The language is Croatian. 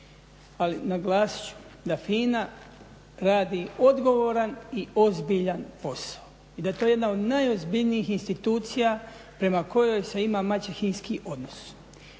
ali naglasit ću da FINA radi odgovoran i ozbiljan posao i da je to jedna od najozbiljnijih institucija prema kojoj se ima maćehinski odnos.